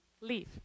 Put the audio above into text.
leave